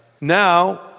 Now